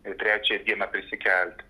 ir trečią dieną prisikelti